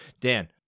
Dan